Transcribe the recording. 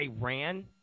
Iran